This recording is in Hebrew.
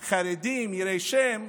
חרדים, יראי השם,